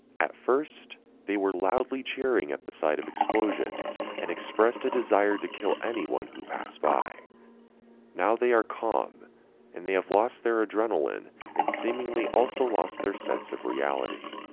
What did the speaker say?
at first they were loudly cheering at the sight of explosions and expressed a desire to kill anyone who passed by now. they are calm and they have lost their adrenaline and seemingly also lost their sense of reality.